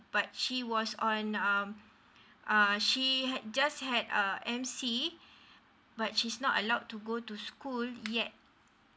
but she was on uh uh she had just had a M_C but she's not allowed to go to school yet